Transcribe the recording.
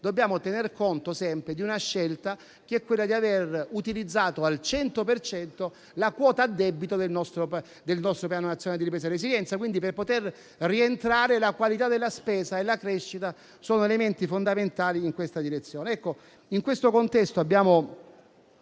Dobbiamo tener conto sempre di una scelta, ossia di aver utilizzato al cento per cento la quota a debito del nostro Piano nazionale di ripresa e resilienza. Per poter rientrare, la qualità della spesa e la crescita sono elementi fondamentali. In questo contesto